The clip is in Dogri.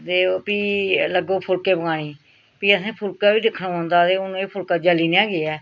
ते फ्ही लग्गो फुलके पकाने गी फ्ही असें फुलका बी दिक्खना पौंदा ते हून फुलका जली नेईं न गेआ ऐ